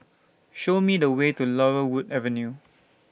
Show Me The Way to Laurel Wood Avenue